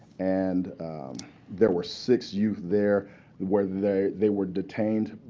and there were six youth there where they they were detained,